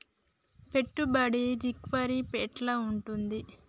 పెట్టుబడుల రికవరీ ఎట్ల ఉంటది?